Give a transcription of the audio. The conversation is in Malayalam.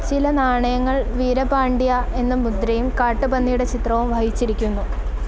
ചില നാണയങ്ങള് വീര പാണ്ഡ്യ എന്ന മുദ്രയും കാട്ടുപന്നിയുടെ ചിത്രവും വഹിച്ചിരിക്കുന്നു